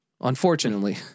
unfortunately